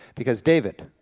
because david,